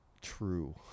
true